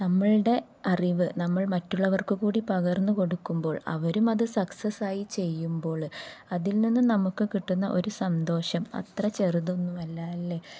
നമ്മളുടെ അറിവു നമ്മൾ മറ്റുള്ളവർക്കു കൂടി പകർന്നുകൊടുക്കുമ്പോൾ അവരും അത് സക്സസായി ചെയ്യുമ്പോള് അതിൽ നിന്നും നമുക്കു കിട്ടുന്ന ഒരു സന്തോഷം അത്ര ചെറുതൊന്നുമല്ല അല്ലേ